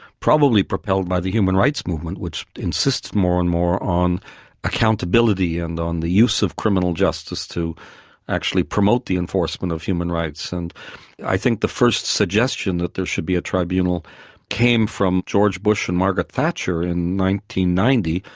probably propelled by the human rights movement, which insists more and more on accountability and on the use of criminal justice to actually promote the enforcement of human rights, and i think the first suggestion that there should be a tribunal came from george bush and margaret thatcher in one thousand